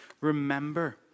remember